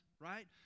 right